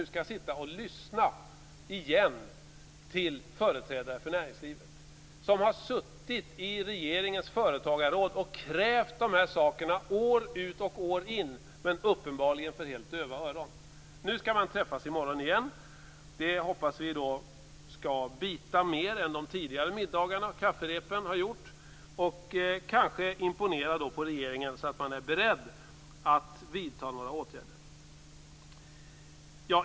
Nu skall han sitta och lyssna igen till företrädare för näringslivet som har suttit i regeringens företagarråd och krävt de här sakerna år ut och år in, men uppenbarligen för helt döva öron. Nu skall man träffas i morgon igen. Vi hoppas att det skall bita mer än de tidigare middagarna och kafferepen har gjort. Man kan kanske imponera på regeringen så att den blir beredd att vidta några åtgärder.